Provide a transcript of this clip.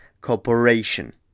Corporation